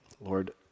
Lord